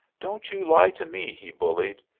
don't you lie to me! he bullied.